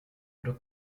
oder